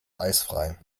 eisfrei